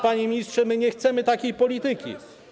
Panie ministrze, nie chcemy takiej polityki.